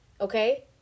Okay